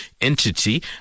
Entity